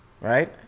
right